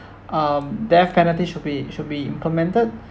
um death penalty should be should be implemented